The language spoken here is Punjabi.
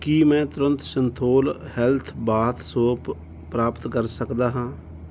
ਕੀ ਮੈਂ ਤੁਰੰਤ ਸਿੰਥੋਲ ਹੈਲਥ ਬਾਥ ਸੋਪ ਪ੍ਰਾਪਤ ਕਰ ਸਕਦਾ ਹਾਂ